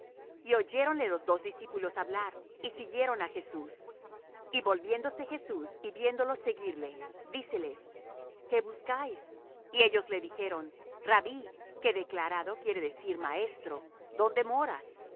y oyéronle los dos discípulos hablar y siguieron á jesús y volviéndose jesús y viéndolos seguir le díceles qué buscáis y ellos le dijeron rabbí que declarado quiere decir maestro dónde moras